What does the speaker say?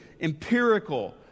empirical